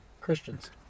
Christians